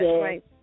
right